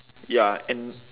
ya and